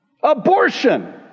Abortion